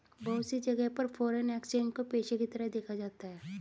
बहुत सी जगह पर फ़ोरेन एक्सचेंज को पेशे के तरह देखा जाता है